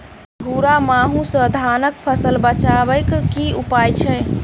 भूरा माहू सँ धान कऽ फसल बचाबै कऽ की उपाय छै?